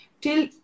Till